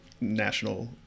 national